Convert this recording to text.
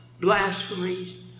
blasphemies